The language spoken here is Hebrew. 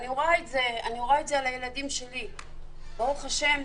אני רואה את זה על הילדים שלי, ברוך-השם,